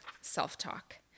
self-talk